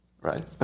Right